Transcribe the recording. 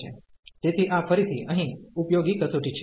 તેથી આ ફરીથી અહીં ઉપયોગી કસોટી છે